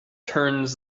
turns